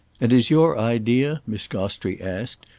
and is your idea, miss gostrey asked,